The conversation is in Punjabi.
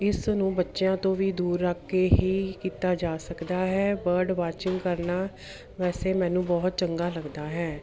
ਇਸ ਨੂੰ ਬੱਚਿਆਂ ਤੋਂ ਵੀ ਦੂਰ ਰੱਖ ਕੇ ਹੀ ਕੀਤਾ ਜਾ ਸਕਦਾ ਹੈ ਬਰਡ ਵਾਚਿੰਗ ਕਰਨਾ ਵੈਸੇ ਮੈਨੂੰ ਬਹੁਤ ਚੰਗਾ ਲੱਗਦਾ ਹੈ